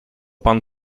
pan